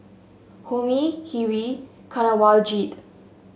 Homi Hri Kanwaljit